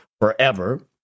forever